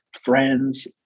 friends